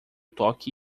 toque